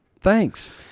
Thanks